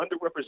underrepresented